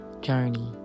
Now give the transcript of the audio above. journey